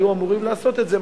היו אמורים לעשות את זה,